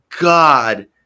God